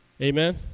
Amen